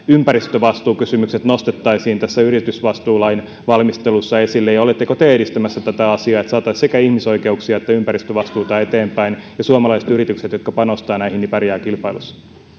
ympäristövastuukysymykset nostettaisiin tässä yritysvastuulain valmistelussa esille ja oletteko te edistämässä tätä asiaa että saataisiin sekä ihmisoikeuksia että ympäristövastuuta eteenpäin ja että suomalaiset yritykset jotka panostavat näihin pärjäävät kilpailussa